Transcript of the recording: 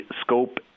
scope